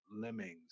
lemmings